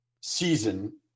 season